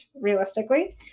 realistically